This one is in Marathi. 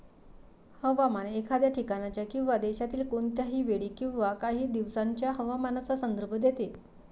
हवामान एखाद्या ठिकाणाच्या किंवा देशातील कोणत्याही वेळी किंवा काही दिवसांच्या हवामानाचा संदर्भ देते